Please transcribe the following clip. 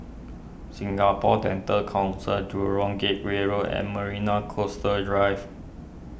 Singapore Dental Council Jurong Gateway Road and Marina Coastal Drive